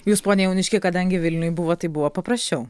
jūs pone jauniški kadangi vilniuj buvot tai buvo paprasčiau